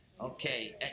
Okay